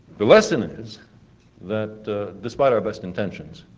the lesson is that despite our best intentions,